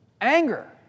Anger